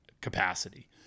capacity